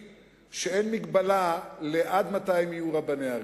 שאין מגבלה עד מתי הם יהיו רבני ערים.